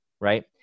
right